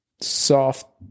soft